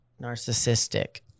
narcissistic